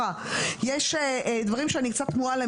יש דברים שאני קצת תמוהה לגביהם.